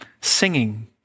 singing